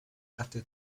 after